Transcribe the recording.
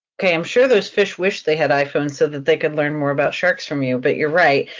okay, i'm sure those fish wish they had iphone so that they could learn more about sharks from you. but you're right.